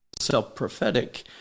self-prophetic